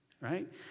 right